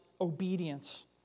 obedience